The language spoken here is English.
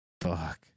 fuck